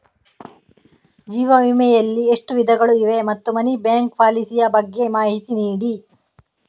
ಜೀವ ವಿಮೆ ಯಲ್ಲಿ ಎಷ್ಟು ವಿಧಗಳು ಇವೆ ಮತ್ತು ಮನಿ ಬ್ಯಾಕ್ ಪಾಲಿಸಿ ಯ ಬಗ್ಗೆ ಮಾಹಿತಿ ನೀಡಿ?